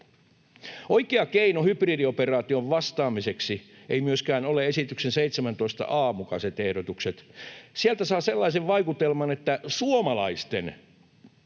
Oikea keino hybridioperaatioon vastaamiseksi ei myöskään ole esityksen 17 a luvun mukaiset ehdotukset. Sieltä saa sellaisen vaikutelman, että suomalaisten